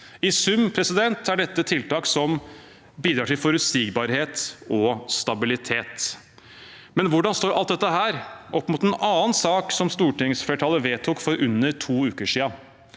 I sum er dette tiltak som bidrar til forutsigbarhet og stabilitet. Men hvordan står alt dette opp mot en annen sak som stortingsflertallet vedtok for under to uker siden?